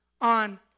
on